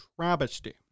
travesty